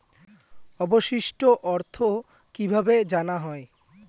অবশিষ্ট অর্থ কিভাবে জানা হয়?